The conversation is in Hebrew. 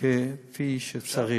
כפי שצריך.